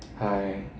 hi